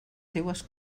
seues